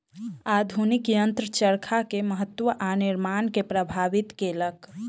आधुनिक यंत्र चरखा के महत्त्व आ निर्माण के प्रभावित केलक